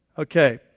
Okay